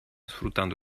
sfruttando